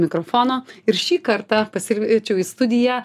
mikrofono ir šį kartą pasikviečiau į studiją